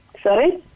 Sorry